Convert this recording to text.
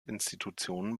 institutionen